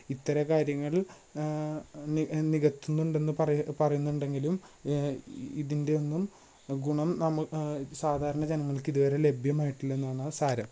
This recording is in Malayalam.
ഇത്തരം കാര്യങ്ങളിൽ നി നികത്തുന്നുണ്ടെന്നു പറയ് പറയുന്നുണ്ടെങ്കിലും ഇതിൻ്റെ ഒന്നും ഗുണം നമ്മൾ സാധാരണ ജനങ്ങൾക്ക് ഇതുവരെ ലഭ്യമായിട്ടില്ല എന്നതാണ് സാരം